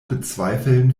bezweifeln